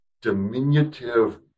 diminutive